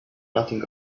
nothing